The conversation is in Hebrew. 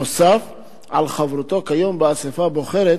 נוסף על חברותו כיום באספה הבוחרת